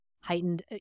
heightened